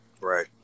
right